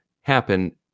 happen